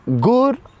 good